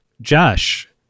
Josh